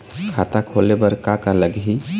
खाता खोले बर का का लगही?